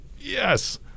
Yes